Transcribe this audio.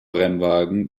rennwagen